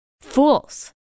fools